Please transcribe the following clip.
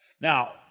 Now